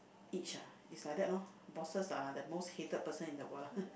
each ah is like that lor bosses are the most hated person in the world